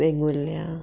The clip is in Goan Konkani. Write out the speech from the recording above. वेंगुर्ल्या